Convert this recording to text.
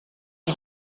een